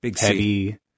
heavy